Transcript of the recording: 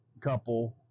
couple